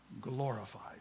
glorified